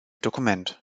dokument